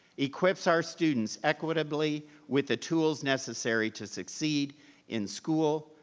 equips our students equitably with the tools necessary to succeed in school,